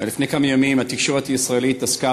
לפני כמה ימים התקשורת בישראל עסקה